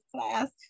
class